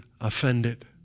offended